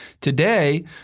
Today